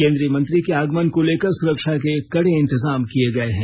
केंद्रीय मंत्री के आगमन को लेकर सुरक्षा के कड़े इंतजाम किए गए हैं